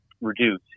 reduce